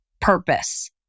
purpose